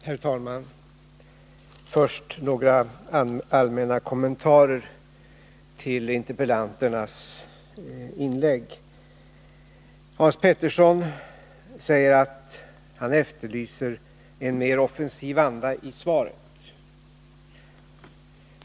Herr talman! Först skall jag göra några allmänna kommentarer till interpellanternas inlägg. Hans Petersson i Hallstahammar säger att han efterlyser en mer offensiv anda i svaret.